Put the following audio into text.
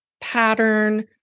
pattern